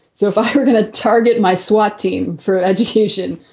so if ah we're going to target my swat team for education,